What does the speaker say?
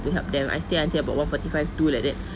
to help them I stay until about one forty five two like that